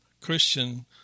Christian